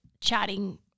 chatting